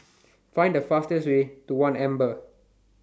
Find The fastest Way to one Amber